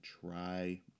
try